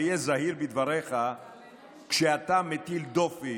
היה זהיר בדבריך כשאתה מטיל דופי